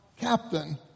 Captain